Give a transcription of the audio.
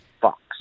Fox